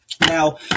Now